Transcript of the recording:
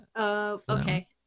Okay